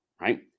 right